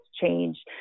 change